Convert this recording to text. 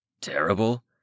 Terrible